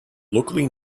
locally